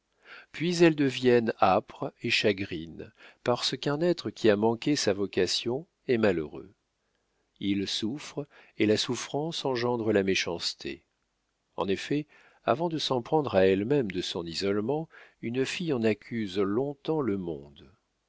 puis elles deviennent âpres et chagrines parce qu'un être qui a manqué sa vocation est malheureux il souffre et la souffrance engendre la méchanceté en effet avant de s'en prendre à elle-même de son isolement une fille en accuse long-temps le monde